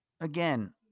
again